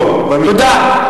לא, תודה.